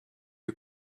you